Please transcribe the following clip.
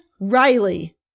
Riley